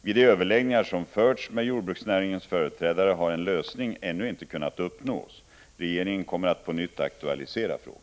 Vid de överläggningar som förts med jordbruksnäringens företrädare har en lösning ännu inte kunnat uppnås. Regeringen kommer att på nytt aktualisera frågan.